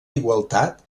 igualtat